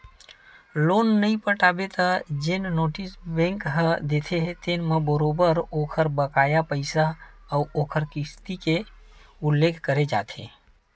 loan नइ पटाबे त जेन नोटिस बेंक ह देथे तेन म बरोबर ओखर बकाया पइसा अउ ओखर किस्ती के उल्लेख करे जाथे